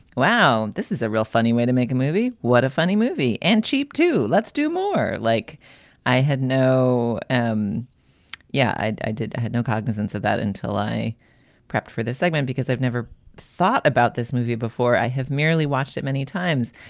wow, this is a real funny way to make a movie. what a funny movie. and cheap, too. let's do more like i had no. um yeah, i i did. i had no cognizance of that until i prepped for this segment because i've never thought about this movie before. i have merely watched it many times.